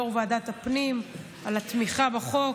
יו"ר ועדת הפנים, על התמיכה בחוק.